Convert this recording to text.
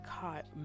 caught